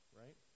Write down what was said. right